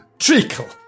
Treacle